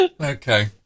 Okay